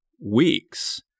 weeks